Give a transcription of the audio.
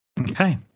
Okay